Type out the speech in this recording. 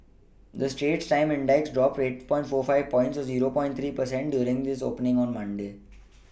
the Straits times index dropped eight point four five points or zero point three per cent during its opening on Monday